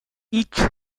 each